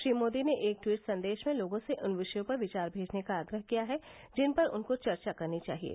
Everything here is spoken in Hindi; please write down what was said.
श्री मोदी ने एक ट्वीट संदेश में लोगों से उन विषयों पर विचार भेजने का आग्रह किया है जिन पर उनको चर्चा करनी चाहिये